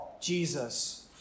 Jesus